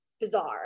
bizarre